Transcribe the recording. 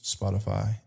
Spotify